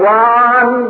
one